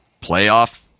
playoff